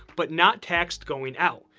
but not taxed going out.